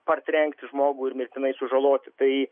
partrenkti žmogų ir mirtinai sužaloti tai